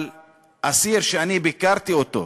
אבל אסיר שאני ביקרתי אותו,